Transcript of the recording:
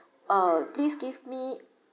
uh please give me